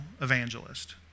evangelist